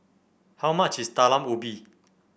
how much is Talam Ubi